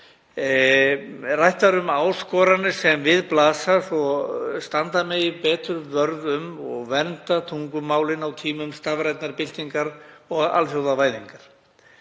Rætt var um áskoranir sem við blasa svo standa megi vörð um og vernda megi tungumálin á tímum stafrænnar byltingar og alþjóðavæðingar.